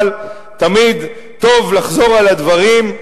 אבל תמיד טוב לחזור על הדברים.